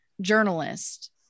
journalist